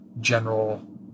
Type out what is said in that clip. general